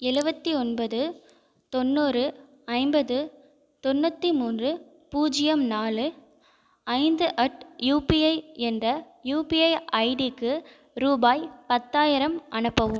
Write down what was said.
எழுபத்தி ஒன்பது தொண்ணூறு ஐம்பது தொண்ணூற்றி மூன்று பூஜ்ஜியம் நாலு ஐந்து அட் யூபிஐ என்ற யூபிஐ ஐடிக்கு ரூபாய் பத்தாயிரம் அனுப்பவும்